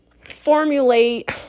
formulate